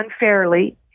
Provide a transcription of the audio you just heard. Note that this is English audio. unfairly